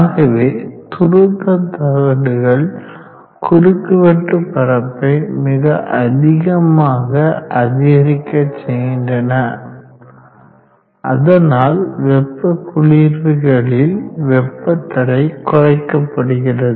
ஆகவே துருத்து தகடுகள் குறுக்கு வெட்டு பரப்பை மிக அதிகமாக அதிகரிக்க செய்கின்றன அதனால் வெப்ப குளிர்விகளில் வெப்ப தடை குறைக்கப்படுகிறது